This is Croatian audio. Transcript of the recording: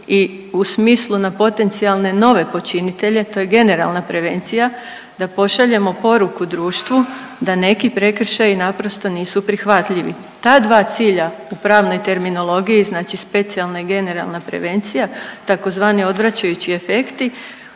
i u smislu na potencijalne nove počinitelje, to je generalna prevencija, da pošaljemo poruku društvu da neki prekršaji naprosto nisu prihvatljivi. Ta dva cilja u pravnoj terminologiji, znači specijalna i generalna prevencija, tzv. odvraćajući efekti,